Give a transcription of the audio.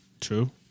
True